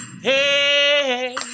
hey